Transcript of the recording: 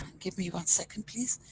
give me one second please.